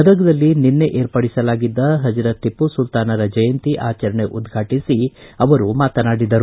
ಗದಗದಲ್ಲಿ ನಿನ್ನೆ ಏರ್ಪಡಿಸಲಾಗಿದ್ದ ಹಜರತ್ ಟಿಪ್ಪು ಸುಲ್ತಾನರ ಜಯಂತಿ ಆಚರಣೆ ಉದ್ಘಾಟಿಸಿ ಅವರು ಮಾತನಾಡಿದರು